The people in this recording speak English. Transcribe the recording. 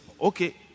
okay